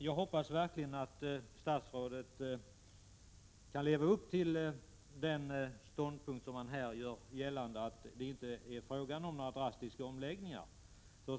Jag hoppas verkligen att statsrådet kan leva upp till den ståndpunkt som han här gör gällande, att det inte är fråga om några drastiska omläggningar.